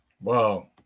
wow